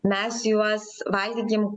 mes juos valgykim